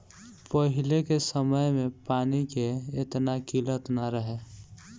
पहिले के समय में पानी के एतना किल्लत ना रहे